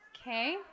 okay